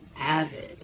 avid